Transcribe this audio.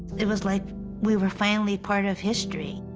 it was like we were finally part of history.